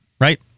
right